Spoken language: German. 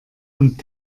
und